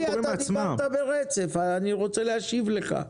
רגע, אתה דיברת ברצף ואני רוצה להשיב לך.